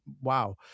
wow